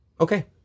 okay